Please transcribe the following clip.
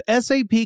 SAP